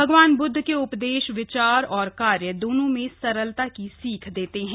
भगवान बुद्ध के उपदेश विचार और कार्य दामों में सरलता की सीख देते हैं